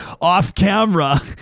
off-camera